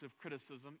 criticism